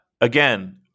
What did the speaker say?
again